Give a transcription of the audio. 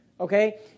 okay